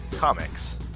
Comics